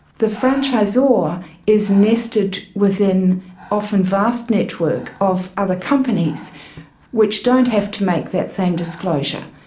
the franchisor is nested within often vast networks of other companies which don't have to make that same disclosure.